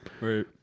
Right